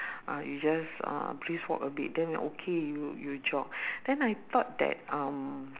uh you just uh brisk walk a bit then you okay you you jog then I thought that um